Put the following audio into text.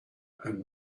and